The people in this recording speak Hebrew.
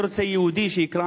אני רוצה יהודי שיקרא